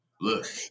Look